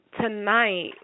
tonight